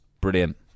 Brilliant